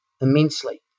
immensely